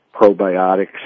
probiotics